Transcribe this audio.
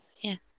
Yes